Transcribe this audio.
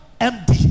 empty